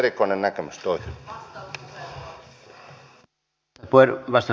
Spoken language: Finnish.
on erikoinen näkemys tuo